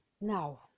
now